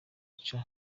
cha